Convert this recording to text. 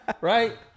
Right